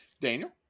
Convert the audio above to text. Daniel